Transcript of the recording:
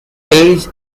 page